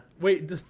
Wait